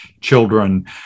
children